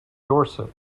dorset